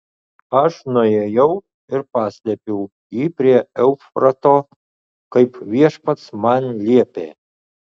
aš nuėjau ir paslėpiau jį prie eufrato kaip viešpats man liepė